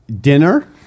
dinner